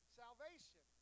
salvation